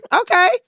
Okay